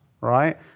right